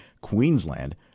Queensland